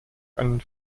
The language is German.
einen